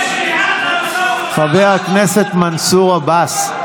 חבר הכנסת מנסור עבאס.